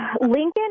Lincoln